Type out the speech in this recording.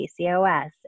PCOS